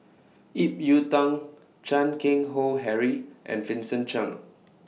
Ip Yiu Tung Chan Keng Howe Harry and Vincent Cheng